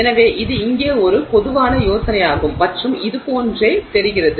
எனவே இது இங்கே ஒரு பொதுவான யோசனையாகும் மற்றும் இது இதுபோன்று தெரிகிறது